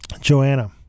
Joanna